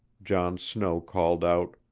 john snow called out